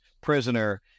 prisoner